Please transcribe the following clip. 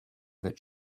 that